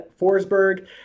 Forsberg